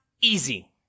easy